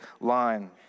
line